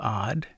odd